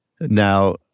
Now